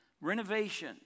Renovation